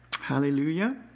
Hallelujah